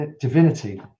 divinity